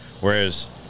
whereas